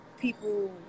people